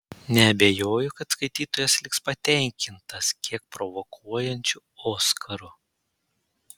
neabejoju kad skaitytojas liks patenkintas kiek provokuojančiu oskaru